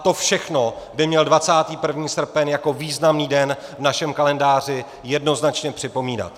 To všechno by měl 21. srpen jako významný den v našem kalendáři jednoznačně připomínat.